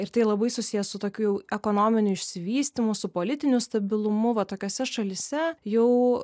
ir tai labai susijęs su tokiu ekonominiu išsivystymu su politiniu stabilumu va tokiose šalyse jau